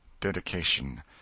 DEDICATION